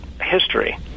history